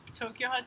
Tokyo